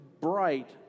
bright